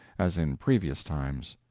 as in previous times.